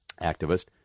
activist